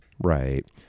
right